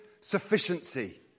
sufficiency